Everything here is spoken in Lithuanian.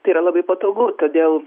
tai yra labai patogu todėl